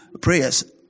prayers